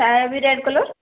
ସାୟା ବି red colour